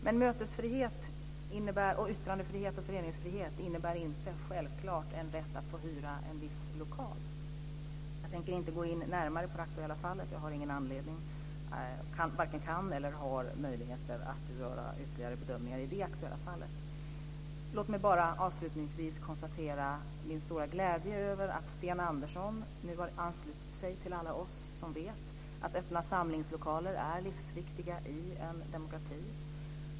Men mötesfrihet, yttrandefrihet och föreningsfrihet innebär inte självklart en rätt att få hyra en viss lokal. Jag tänker inte gå in närmare på det aktuella fallet. Jag varken kan eller har anledning att göra ytterligare bedömningar av det. Låt mig bara avslutningsvis konstatera min stora glädje över att Sten Andersson nu har anslutit sig till alla oss som vet att öppna samlingslokaler är livsviktiga i en demokrati.